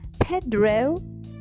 Pedro